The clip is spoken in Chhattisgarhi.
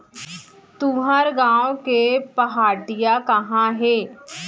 तुंहर गॉँव के पहाटिया कहॉं हे?